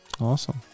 awesome